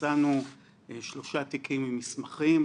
מצאנו שלושה תיקים עם מסמכים,